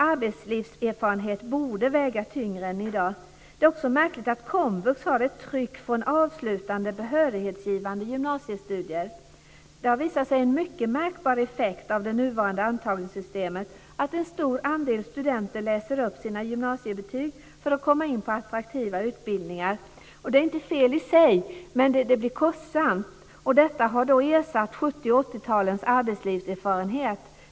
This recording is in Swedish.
Arbetslivserfarenhet borde väga tyngre än i dag. Det är också märkligt att komvux har ett tryck från avslutande behörighetsgivande gymnasiestudier. Det har visat sig vara en mycket märkbar effekt av det nuvarande antagningssystemet att en stor andel studenter läser upp sina gymnasiebetyg för att komma in på attraktiva utbildningar. Det är inte fel i sig, men det blir kostsamt. Detta har ersatt 70 och 80-talens arbetslivserfarenhet.